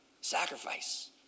sacrifice